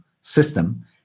system